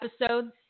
episodes